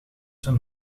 zijn